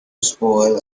spoil